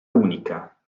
unica